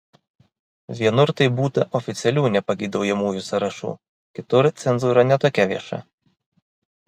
vienur tai būta oficialių nepageidaujamųjų sąrašų kitur cenzūra ne tokia vieša